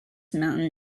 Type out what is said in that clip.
mountain